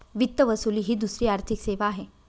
वित्त वसुली ही दुसरी आर्थिक सेवा आहे